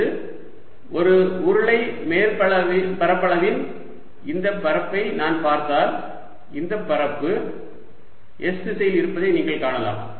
அல்லது ஒரு உருளை மேற்பரப்பளவின் இந்தப் பரப்பை நான் பார்த்தால் இந்த பரப்பு s திசையில் இருப்பதை நீங்கள் காணலாம்